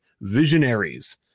visionaries